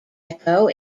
deco